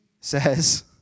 says